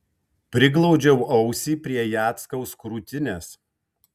priglaudžiau ausį prie jackaus krūtinės